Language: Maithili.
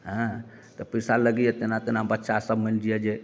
हँ तऽ पैसा लगैया तेना तेना बच्चा सब मानि लिअ जे